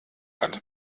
hat